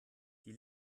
die